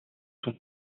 sont